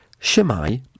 Shemai